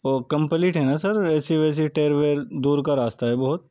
وہ کمپلیٹ ہے نا سر اے سی وے سی ٹایر ویر دور کا راستہ ہے بہت